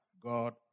God